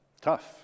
Tough